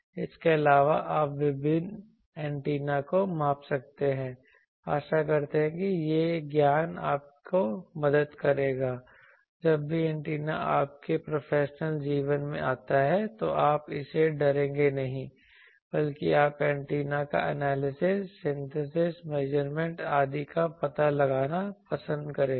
इसके अलावा आप विभिन्न एंटेना को माप सकते हैं आशा करते हैं कि यह ज्ञान आपकी मदद करेगा जब भी एंटीना आपके प्रोफेशनल जीवन में आता है तो आप इससे डरेंगे नहीं बल्कि आप एंटेना का एनालिसिस सिंथेसिस मेजरमेंट आदि का पता लगाना पसंद करेंगे